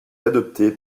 adoptée